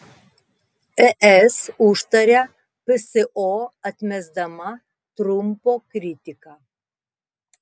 es užtaria pso atmesdama trumpo kritiką